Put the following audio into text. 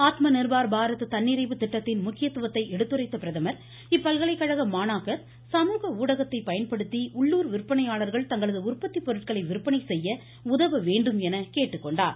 ஆத்ம நிர்பார் பாரத் தன்னிறைவு திட்டத்தின் முக்கியத்துவத்தை எடுத்துரைத்த பிரதமர் இப்பல்கலைக்கழக மாணாக்கர் சமூக ஊடகத்தை பயன்படுத்தி உள்ளுர் விற்பனையாள்கள் தங்களது உற்பத்தி பொருட்களை விற்பனை செய்ய உதவ வேண்டும் என கேட்டுக்கொண்டார்